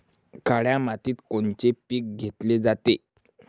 काळ्या मातीत कोनचे पिकं घेतले जाते?